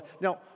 Now